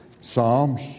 Psalms